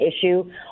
issue